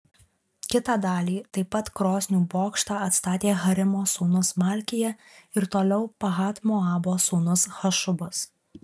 kitą dalį taip pat krosnių bokštą atstatė harimo sūnus malkija ir toliau pahat moabo sūnus hašubas